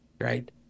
right